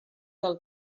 del